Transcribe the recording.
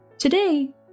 Today